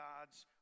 God's